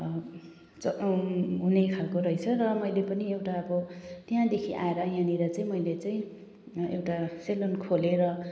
हुने खालको रहेछ र मैले पनि एउटा अब त्यहाँदेखि आएर यहाँनिर चाहिँ मैले चाहिँ एउटा सेलुन खोलेर